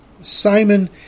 Simon